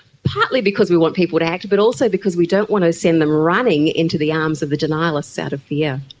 partly because we want people to act but also because we don't want to send them a running into the arms of the denialists out of fear.